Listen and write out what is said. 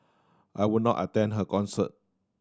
I would not attend her concert